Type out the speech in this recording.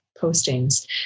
postings